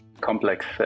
complex